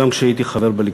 גם כשהייתי חבר בליכוד,